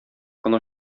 кына